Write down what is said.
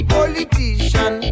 Politician